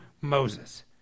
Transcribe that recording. Moses